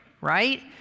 right